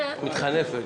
אני אשאל אותך שאלה,